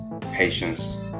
patience